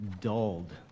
dulled